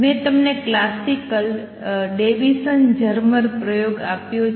મેં તમને classic Davisson Germer પ્રયોગ આપ્યો છે